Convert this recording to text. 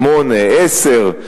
שמונה ועשר שנים.